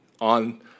on